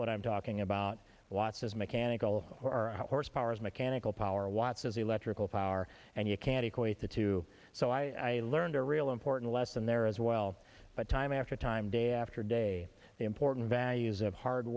what i'm talking about watts as mechanical or horsepower as mechanical power watts as electrical power and you can't equate the two so i learned a real important lesson there as well but time after time day after day the important